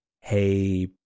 Hey